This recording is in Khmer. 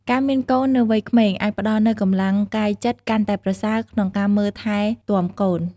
ការមានកូននៅវ័យក្មេងអាចផ្តល់នូវកម្លាំងកាយចិត្តកាន់តែប្រសើរក្នុងការមើលថែទាំកូន។